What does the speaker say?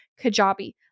Kajabi